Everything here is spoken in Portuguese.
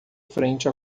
frente